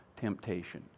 temptation